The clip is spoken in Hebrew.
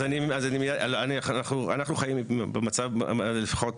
אנחנו חיים במצב, לפחות